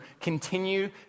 continue